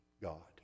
God